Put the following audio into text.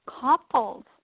couples